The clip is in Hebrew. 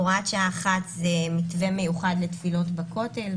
הוראת שעה אחת זה מתווה מיוחד לתפילות בכותל,